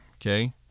Okay